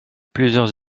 plusieurs